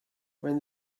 when